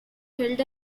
held